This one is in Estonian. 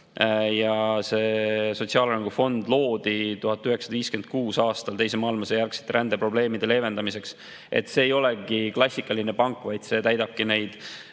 See sotsiaalarengufond loodi 1956. aastal Teise maailmasõja järgsete rändeprobleemide leevendamiseks. See ei olegi klassikaline pank, vaid see täidabki neid